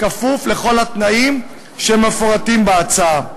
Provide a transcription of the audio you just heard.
בכפוף לכל התנאים שמפורטים בהצעה.